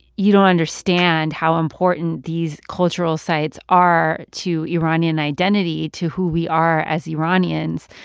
you don't understand how important these cultural sites are to iranian identity, to who we are as iranians,